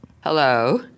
Hello